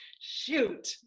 Shoot